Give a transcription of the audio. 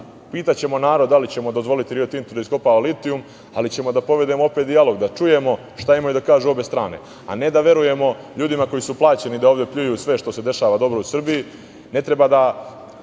pitaćemo narod da li ćemo dozvoliti "Rio Tintu" da iskopava litijum, ali ćemo da povedemo opet dijalog, da čujemo šta imaju da kažu obe strane, a ne da verujemo ljudima koji su plaćeni da ovde pljuju sve što se dešava u Srbiji.